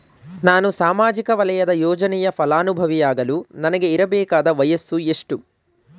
ನಾನು ಸಾಮಾಜಿಕ ವಲಯದ ಯೋಜನೆಯ ಫಲಾನುಭವಿಯಾಗಲು ನನಗೆ ಇರಬೇಕಾದ ವಯಸ್ಸುಎಷ್ಟು?